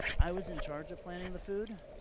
i was in charge of planning the food,